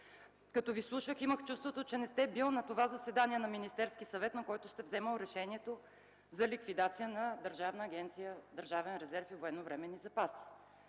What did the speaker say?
Като Ви слушах, имах чувството, че не сте бил на това заседание на Министерския съвет, на което сте вземал решението за ликвидация на Държавна